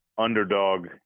underdog